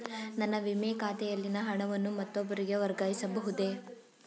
ನನ್ನ ವಿಮೆ ಖಾತೆಯಲ್ಲಿನ ಹಣವನ್ನು ಮತ್ತೊಬ್ಬರಿಗೆ ವರ್ಗಾಯಿಸ ಬಹುದೇ?